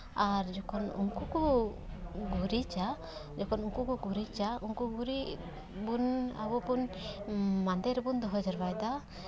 ᱟᱨ ᱡᱚᱠᱷᱚᱱ ᱩᱱᱠᱩ ᱠᱚ ᱜᱩᱨᱤᱡᱟ ᱡᱚᱠᱷᱚᱱ ᱩᱱᱠᱩ ᱠᱚ ᱜᱩᱨᱤᱡᱟ ᱩᱱᱠᱩ ᱜᱩᱨᱤᱡ ᱵᱚᱱ ᱟᱵᱚ ᱵᱚᱱᱢᱟᱸᱫᱮ ᱨᱮᱵᱚᱱ ᱫᱚᱦᱚ ᱡᱟᱣᱨᱟᱫᱟ